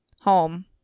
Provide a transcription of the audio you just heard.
home